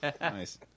Nice